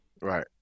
right